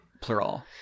plural